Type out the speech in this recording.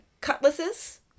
cutlasses